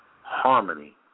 harmony